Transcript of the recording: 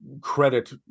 credit